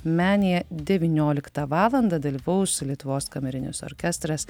menėje devynioliktą valandą dalyvaus lietuvos kamerinis orkestras